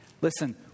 Listen